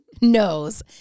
knows